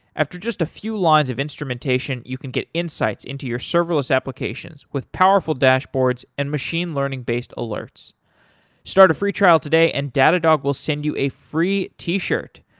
after just a few lines of instrumentation, you can get insights into your serverless applications with powerful dashboards and machine learning-based alerts start a free trial today and datadog will send you a free t-shirt.